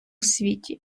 світі